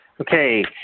Okay